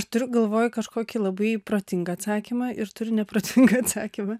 aš turiu galvoj kažkokį labai protingą atsakymą ir turi neprotingą atsakymą